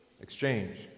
Exchange